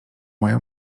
mają